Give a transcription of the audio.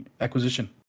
acquisition